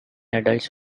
adults